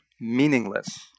meaningless